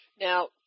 Now